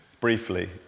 briefly